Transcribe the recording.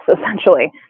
essentially